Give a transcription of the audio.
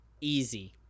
Easy